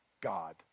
God